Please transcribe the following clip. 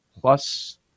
plus